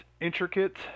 intricate